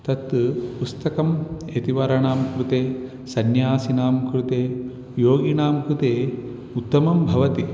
तत् पुस्तकं यतिवराणां कृते सन्यासिनां कृते योगिनां कृते उत्तमं भवति